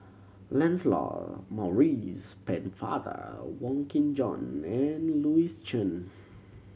Lancelot Maurice Pennefather Wong Kin Jong and Louis Chen